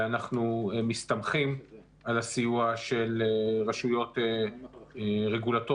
ואנחנו מסתמכים על הסיוע של רשויות רגולטוריות